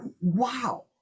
Wow